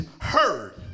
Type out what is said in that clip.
heard